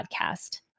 podcast